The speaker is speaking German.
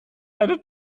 eine